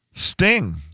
Sting